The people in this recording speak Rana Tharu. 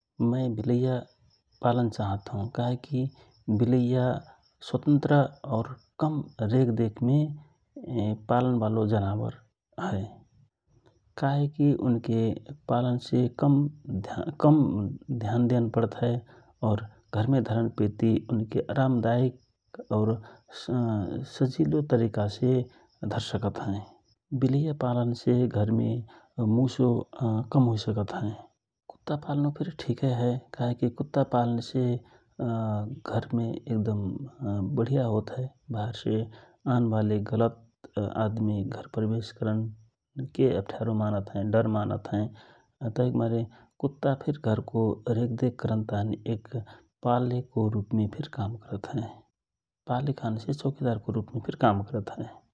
मय विलैया पालन चाहत हौ । कहेकी विलैया स्वातन्त्र और कम रेखदेखमे पालन बालो जनावार हए । का हे कि उन के पालन से कम ध्यान देन पडत हए और घरमे धरन पेति उनके अरामदायक और सजिलो तरिका से धर सकत हए । विलैया पालन से घरमे मुसो कम हुइसकत हए । कुत्ता पालनो फिर ठिकय हए काहेकी कुत्ता पालन से बहेर से घरमे एक दम बढिया होत हए बाहेर से आनबाले गलत अदमी घर प्रवेश करन के अप्ठयारो मानत हए डर मानत हए। तवहिक मारे कुत्ता फिर घरको रेखदेख करन ताँहि एक पाले को रूपमे काम करत हए पाले कहेक चौकिदार के रूपमे फिर काम करत हए ।